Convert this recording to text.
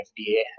FDA